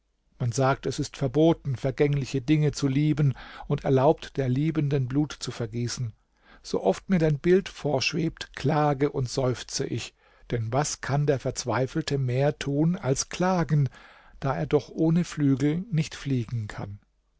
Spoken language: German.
man sagt es ist verboten vergängliche dinge zu lieben und erlaubt der liebenden blut zu vergießen so oft mir dein bild vorschwebt klage und seufze ich denn was kann der verzweifelte mehr tun als klagen da er doch ohne flügel nicht fliegen kann